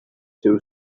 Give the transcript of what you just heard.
two